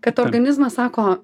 kad organizmas sako